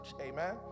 Amen